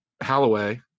Halloway